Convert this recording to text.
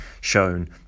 shown